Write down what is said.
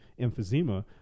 emphysema